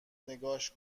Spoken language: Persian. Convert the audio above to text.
نگاش